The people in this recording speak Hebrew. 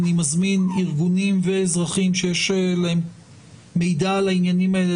אני מזמין ארגונים ואזרחים שיש להם מידע על העניינים האלה,